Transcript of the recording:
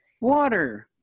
water